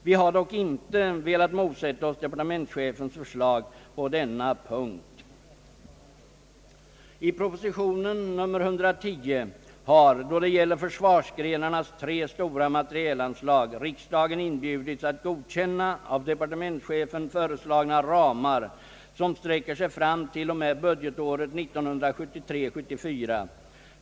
Vi har dock icke velat motsätta oss departementschefens förslag på denna punkt under förhoppning att förslaget är noga förberett och genomtänkt av de ansvariga militära myndigheterna och att våra farhågor för en dylik bindning med alla dess konsekvenser icke skall besannas. I propositionen nr 110 har — då det gäller försvarsgrenarnas tre stora materielanslag — riksdagen inbjudits att godkänna av departementschefen föreslagna ramar som sträcker sig fram till och med budgetåret 1973/74.